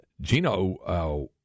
Gino